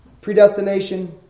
predestination